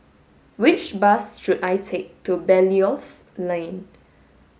which bus should I take to Belilios Lane